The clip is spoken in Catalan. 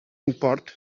import